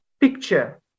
picture